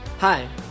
Hi